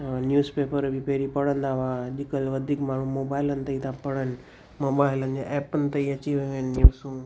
ऐं न्यूसपेपर बि पहिरी पढ़ंदा हुआ अॼुकल्ह वधीक माण्हू मोबाइलनि ते ई था पढ़नि मोबाइलनि जे एपनि ते ई अची वियूं आहिनि न्यूसूं